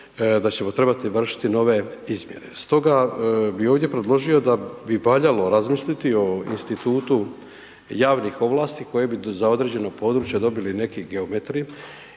da ćemo trebati vršiti nove izmjere. Stoga bih ovdje predložio da bi valjalo razmisliti o institutu javnih ovlasti koje bi za određeno područje dobili neki geometri